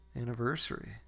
anniversary